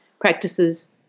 practices